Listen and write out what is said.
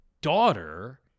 daughter